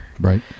Right